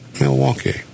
Milwaukee